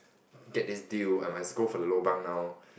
get this deal I must go for the lobang now